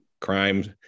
crimes